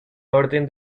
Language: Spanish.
orden